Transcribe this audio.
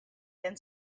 then